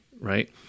right